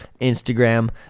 Instagram